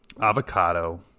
Avocado